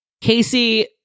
Casey